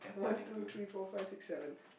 one two three four five six seven